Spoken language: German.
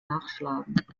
nachschlagen